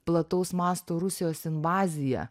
plataus masto rusijos invaziją